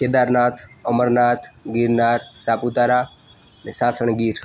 કેદારનાથ અમરનાથ ગિરનાર સાપુતારા ને સાસણગીર